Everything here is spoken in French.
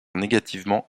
négativement